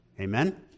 Amen